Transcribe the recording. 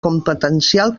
competencial